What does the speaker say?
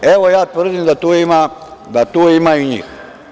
Evo, ja tvrdim da tu ima i njih.